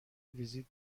ویزیت